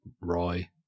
Roy